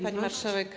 Pani Marszałek!